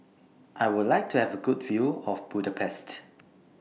I Would like to Have A Good View of Budapest